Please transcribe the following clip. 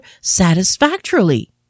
satisfactorily